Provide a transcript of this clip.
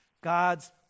God's